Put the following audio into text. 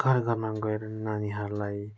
घर घरमा गएर नानीहरूलाई